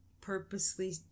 purposely